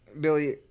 Billy